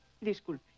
Disculpe